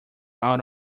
out